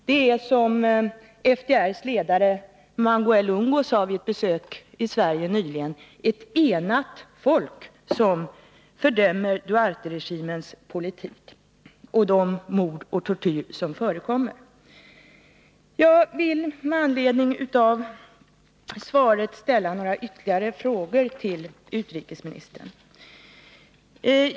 Det är, som FDR:s ledare Manguel Ungo sade vid ett besök i Sverige nyligen, ett enat folk som fördömer Duarteregimens politik och de mord och den tortyr som förekommer. Jag vill med anledning av svaret ställa några ytterligare frågor till utrikesministern.